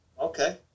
Okay